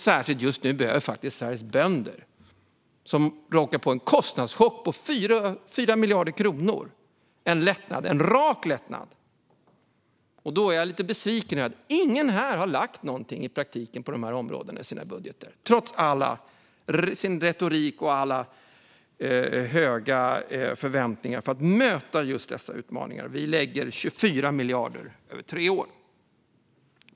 Särskilt behöver just nu Sveriges bönder, som åker på en kostnadschock på 4 miljarder kronor, en rak lättnad. Jag är lite besviken över att ingen här i praktiken har lagt något på de här områdena i sina budgetar, trots sin retorik och trots höga förväntningar, för att möta just dessa utmaningar. Vi lägger 24 miljarder över tre år.